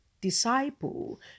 disciple